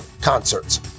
concerts